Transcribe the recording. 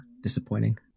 disappointing